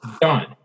Done